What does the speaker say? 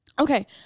okay